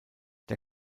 der